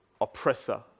oppressor